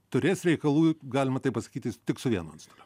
turės reikalų galima taip pasakyti tik su vienu antstoliu